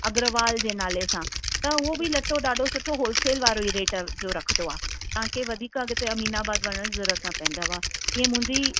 अग्रवाल जे नाले सां त उहो बि लटो ॾाढो सुठो होलसेल वारो ई रेट जो रखंदो आहे तव्हांखे वधीक अॻिते अमीनाबाद वञण जी जरूरत न पवंदव हीअ मुंहिंजी